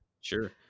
sure